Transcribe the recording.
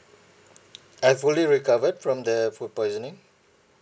I fully recovered from the food poisoning